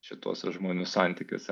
šituose žmonių santykiuose